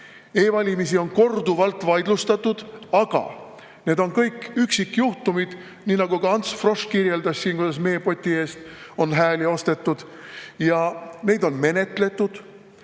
E‑valimisi on korduvalt vaidlustatud, aga need on olnud kõik üksikjuhtumid. Nii nagu Ants Frosch kirjeldas, meepoti eest on hääli ostetud ja seda on menetletud.